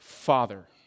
Father